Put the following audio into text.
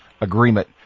Agreement